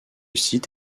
site